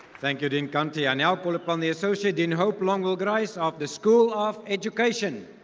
thank you, dean kanti. i now call upon the associate dean hope longwell-grice of the school of education.